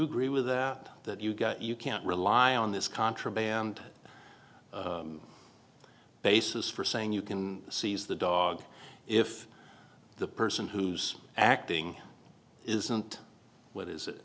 agree with that that you got you can't rely on this contraband basis for saying you can seize the dog if the person who's acting isn't what is it